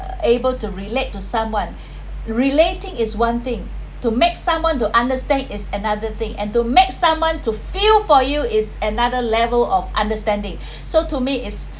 uh able to relate to someone relating is one thing to make someone to understand is another thing and to make someone to feel for you is another level of understanding so to me it's